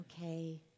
okay